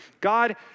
God